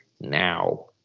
now